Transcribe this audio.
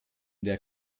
der